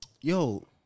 Yo